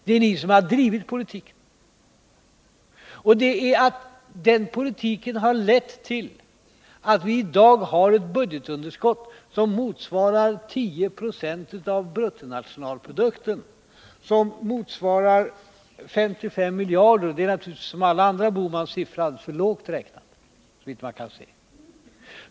Det är ni som har drivit den politiken som har lett till att vi i dag har ett budgetunderskott som motsvarar 10 26 av bruttonationalprodukten eller 55 miljarder kronor. Som alla andra herr Bohmans beräkningar är det alldeles för lågt räknat, såvitt man kan se.